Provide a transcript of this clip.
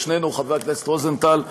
לשנינו, חברי הכנסת רוזנטל,